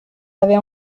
avait